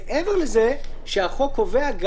מעבר לזה שהחוק גם קובע,